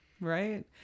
Right